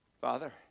Father